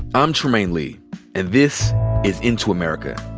i'm trymaine lee, and this is into america.